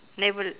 never